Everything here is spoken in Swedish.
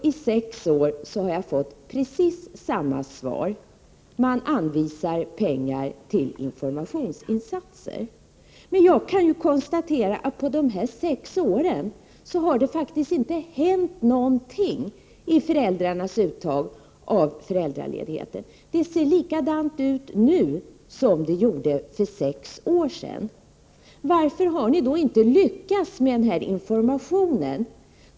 I sex år har jag fått precis samma svar — man anvisar pengar till informationsinsatser. Men jag kan ju konstatera att på dessa sex år har det faktiskt inte hänt någonting i föräldrarnas uttag av föräldraledigheten. Det ser likadant ut nu som det gjorde för sex år sedan. Varför har ni inte lyckats med den här informationen?